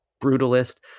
brutalist